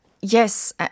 Yes